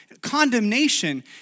condemnation